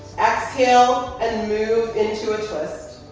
exhale and move into a twist.